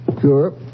Sure